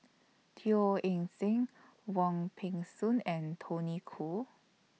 Teo Eng Seng Wong Peng Soon and Tony Khoo